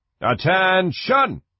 Attention